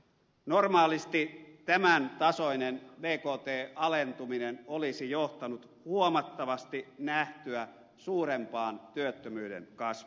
normaalisti tämän tasoinen bktn alentuminen olisi johtanut huomattavasti nähtyä suurempaan työttömyyden kasvuun